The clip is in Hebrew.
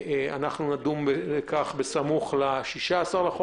אנחנו נדון בכך בסמוך לתאריך הנקוב.